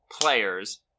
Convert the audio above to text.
players